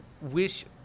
wish